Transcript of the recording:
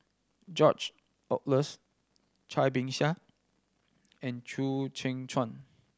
George Oehlers Cai Bixia and Chew Kheng Chuan